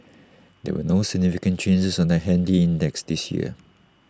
there were no significant changes on the handy index this week